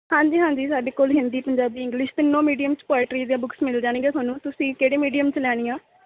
ਹਾਂਜੀ ਹਾਂਜੀ ਸਾਡੇ ਕੋਲ ਹਿੰਦੀ ਪੰਜਾਬੀ ਇੰਗਲਿਸ਼ ਤਿੰਨੋਂ ਮੀਡੀਅਮ 'ਚ ਪੋਇਟਰੀ ਦੀਆਂ ਬੁੱਕਸ ਮਿਲ ਜਾਣਗੀਆਂ ਤੁਹਾਨੂੰ ਤੁਸੀਂ ਕਿਹੜੇ ਮੀਡੀਅਮ 'ਚ ਲੈਣੀਆਂ